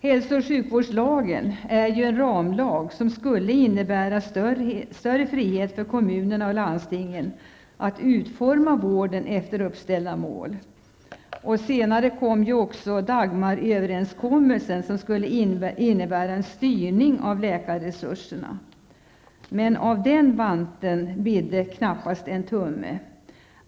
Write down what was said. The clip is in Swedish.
Hälso och sjukvårdslagen är ju en ramlag, som skulle innebära större frihet för kommunerna och landstingen att utforma vården efter uppställda mål. Senare fick vi dessutom Dagmaröverenskommelsen, som skulle innebära en styrning av läkarresurserna. Men av den vanten bidde knappt en tumme.